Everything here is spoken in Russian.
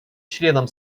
членам